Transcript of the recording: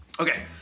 Okay